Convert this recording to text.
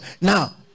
Now